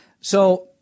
So-